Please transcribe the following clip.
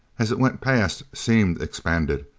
as it went past seemed expanded.